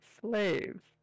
slaves